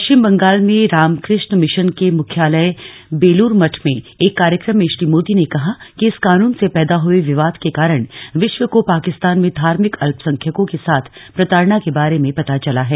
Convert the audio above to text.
पश्चिम बंगाल में रामकृष्ण मिशन के मुख्यालय बेलूर मठ में एक कार्यक्रम में श्री मोदी ने कहा कि इस कानून से पैदा हुए विवाद के कारण विश्व को पाकिस्तान में धार्मिक अल्पसंख्यकों के साथ प्रताडना के बारे में पता चला है